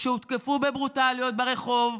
שהותקפו בברוטליות ברחוב,